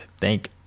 thank